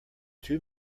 too